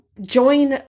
join